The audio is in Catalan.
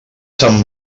sant